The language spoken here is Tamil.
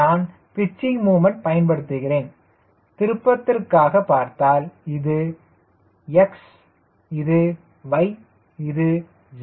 நான் பிச்சிங் முமண்ட் பயன்படுத்துகிறேன் திருப்பத்திற்காக பார்த்தால் இது விமானத்தின் x இது y இது z